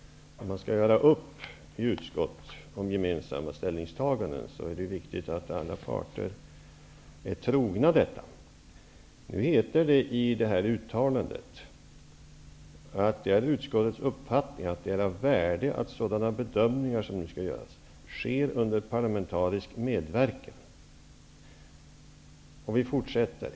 Om man skall göra upp i utskott om gemensamma ställningstaganden är det viktigt att alla parter är trogna överenskommelsen. Det heter i uttalandet att det är ''utskottets uppfattning att det är av värde att sådana bedömningar'' -- de som nu skall göras -- ''sker under parlamentarisk medverkan.